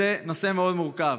זה נושא מאוד מורכב.